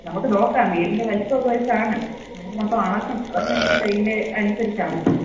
നമുക്ക് നോക്കാം വീടിൻ്റെ വലിപ്പമൊക്കെ വച്ചാണ് നമുക്ക് മൊത്തം അളക്കാം അളന്നു കഴിഞ്ഞിട്ട് അതിൻ്റെ അനുസരിച്ചാണ്